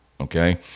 Okay